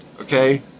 okay